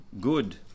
good